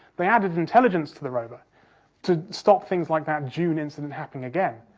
they added intelligence to the rover to stop things like that dune incident happening again.